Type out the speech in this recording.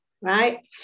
right